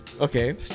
Okay